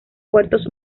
puertos